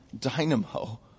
dynamo